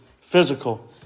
physical